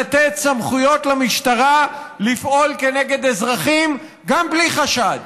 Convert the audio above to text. לתת סמכויות למשטרה לפעול כנגד אזרחים גם בלי חשד.